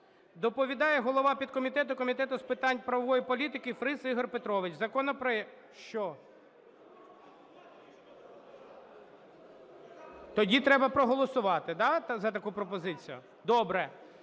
Доповідає голова підкомітету Комітету з питань правової політики Фріс Ігор Петрович. (Шум у залі) Що? Тоді треба проголосувати, да, за таку пропозицію? Добре.